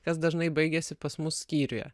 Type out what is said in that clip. kas dažnai baigiasi pas mus skyriuje